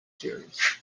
series